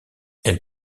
elle